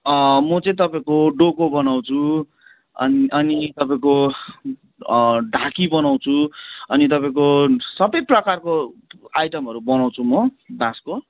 म चाहिँ तपाईँको डोको बनाउँछु अनि अनि तपाईँको ढाकी बनाउँछु अनि तपाईँको सबै प्रकारको आइटमहरू बनाउँछु म बाँसको